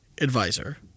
advisor